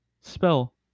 Spell